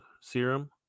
serum